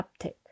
uptick